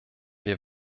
wir